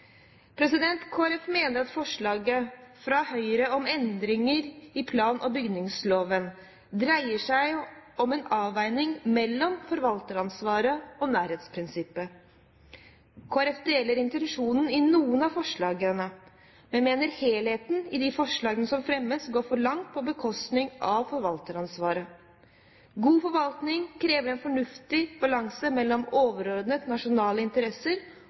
mener at forslaget fra Høyre om endringer i plan- og bygningsloven dreier seg om en avveining mellom forvalteransvaret og nærhetsprinsippet. Kristelig Folkeparti er enig i intensjonen i noen av forslagene, men mener helheten i de forslagene som fremmes, går for langt på bekostning av forvalteransvaret. God forvaltning krever en fornuftig balanse mellom overordnede nasjonale interesser